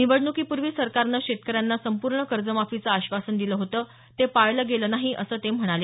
निवडणुकीपूर्वी सरकारनं शेतकऱ्यांना संपूर्ण कर्जमाफीचं आश्वासन दिलं होतं ते पाळलं गेलं नाही असं ते म्हणाले